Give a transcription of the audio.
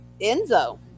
Enzo